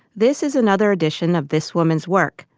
this is another edition of this woman's work.